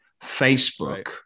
Facebook